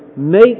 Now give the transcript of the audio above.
make